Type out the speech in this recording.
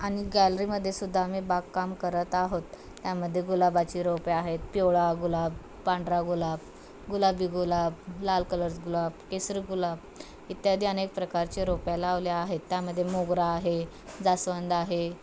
आनि गॅलरीमध्ये सुद्धा आम्ही बागकाम करत आहोत त्यामध्ये गुलाबाचे रोपे आहेत पिवळा गुलाब पांढरा गुलाब गुलाबी गुलाब लाल कलर्स गुलाब केसरी गुलाब इत्यादी अनेक प्रकारचे रोपे लावले आहेत त्यामध्ये मोगरा आहे जास्वंद आहे